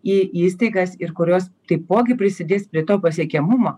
į įstaigas ir kurios taipogi prisidės prie to pasiekiamumo